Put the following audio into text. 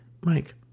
mike